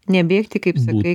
nebėgti kaip sakai